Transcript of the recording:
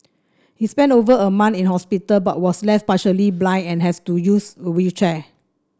he spent over a month in hospital but was left partially blind and has to use a wheelchair